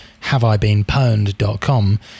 haveibeenpwned.com